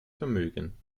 vermögen